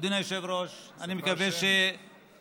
אדוני היושב-ראש, אני מקווה, היא שפה שמית.